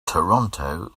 toronto